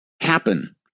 happen